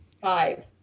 Five